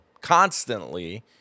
constantly